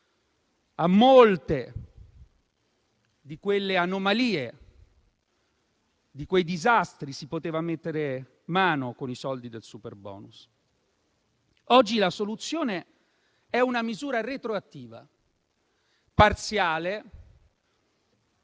A molte di quelle anomalie, di quei disastri, si poteva mettere mano con i soldi del superbonus. Oggi la soluzione è una misura retroattiva, parziale,